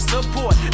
support